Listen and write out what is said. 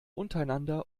untereinander